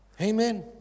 Amen